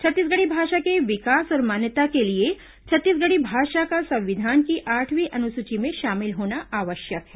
छत्तीसगढ़ी भाषा के विकास और मान्यता के लिए छत्तीसगढ़ी भाषा का संविधान की आठवीं अनुसूची में शामिल होना आवश्यक है